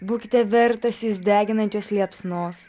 būkite vertas jus deginančios liepsnos